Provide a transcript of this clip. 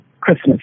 Christmas